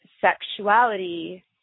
sexuality